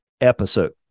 episode